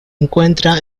encuentra